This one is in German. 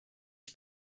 ich